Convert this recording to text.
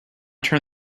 turn